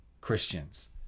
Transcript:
Christians